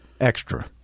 extra